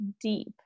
deep